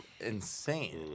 insane